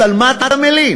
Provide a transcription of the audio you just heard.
אז על מה אתה מלין?